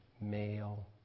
male